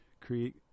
create